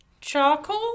charcoal